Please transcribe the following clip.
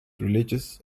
religious